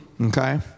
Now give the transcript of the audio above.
Okay